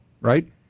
right